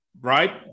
Right